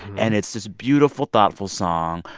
and it's this beautiful, thoughtful song.